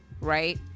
Right